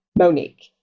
Monique